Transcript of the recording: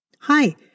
Hi